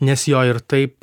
nes jo ir taip